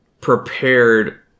prepared